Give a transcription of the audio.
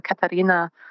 Katharina